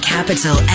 Capital